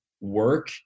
work